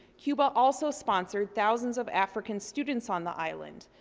cuba also sponsored thousands of african students on the island,